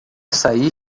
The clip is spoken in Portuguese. sair